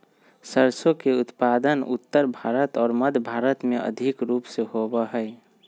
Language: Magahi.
सरसों के उत्पादन उत्तर भारत और मध्य भारत में अधिक रूप से होबा हई